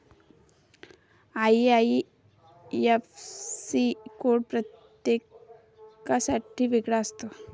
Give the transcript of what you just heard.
IIFC code प्रत्येकासाठी वेगळा असतो